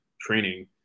training